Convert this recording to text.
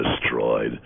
destroyed